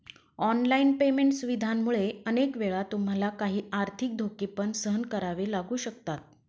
online payment सुविधांमुळे अनेक वेळा तुम्हाला काही आर्थिक धोके पण सहन करावे लागू शकतात